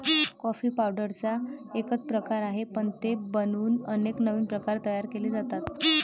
coffee पावडरचा एकच प्रकार आहे, पण ते बनवून अनेक नवीन प्रकार तयार केले जातात